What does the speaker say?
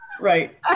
Right